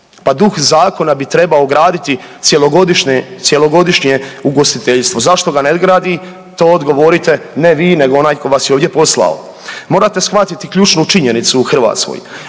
Pa duh zakona bi trebao graditi cjelogodišnje, cjelogodišnje ugostiteljstvo. Zašto ga ne gradi, to odgovorite ne vi nego onaj tko vas je ovdje poslao. Morate shvatiti ključnu činjenicu u Hrvatskoj,